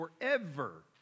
forever